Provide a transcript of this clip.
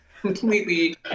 completely